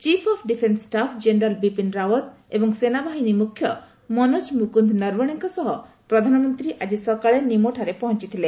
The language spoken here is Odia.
chief of defence staff general Bipin Rawat ଏବଂ ସେନାବାହିନୀ ମୁଖ୍ୟ ମନୋଜ ମୁକ୍ତ୍ନ ନର୍ଭଣେଙ୍କ ସହ ପ୍ରଧାନମନ୍ତ୍ରୀ ଆଜି ସକାଳେ ନିମୋଠାରେ ପହଞ୍ଚଥିଲେ